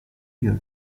your